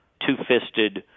two-fisted